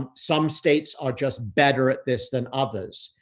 um some states are just better at this than others.